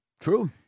True